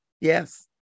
Yes